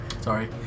Sorry